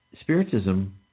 Spiritism